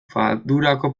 fadurako